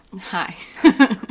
Hi